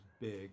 big